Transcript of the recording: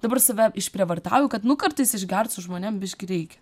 dabar save išprievartauju kad nu kartais išgert su žmonėm biškį reikia